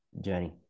journey